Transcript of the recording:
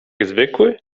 zwykły